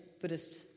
Buddhist